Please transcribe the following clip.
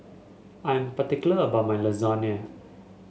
I'm particular about my Lasagne